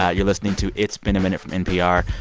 ah you're listening to it's been a minute from npr.